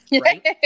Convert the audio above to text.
right